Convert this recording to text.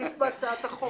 נכניס סעיף בהצעת החוק.